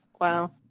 Wow